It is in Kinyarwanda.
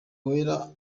wera